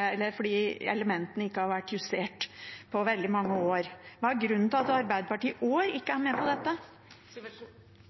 elementene ikke har vært justert på veldig mange år. Hva er grunnen til at Arbeiderpartiet i år ikke er med på dette?